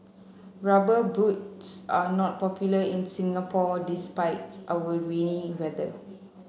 rubber boots are not popular in Singapore despite our rainy weather